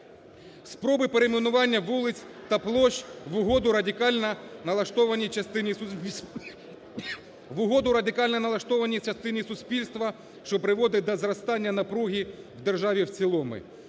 Спроби перейменування вулиць та площ в угоду радикально налаштованій частині суспільства, що приводить до зростання напруги в державі в цілому.